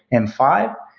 and five.